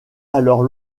alors